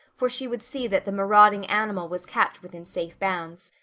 for she would see that the marauding animal was kept within safe bounds.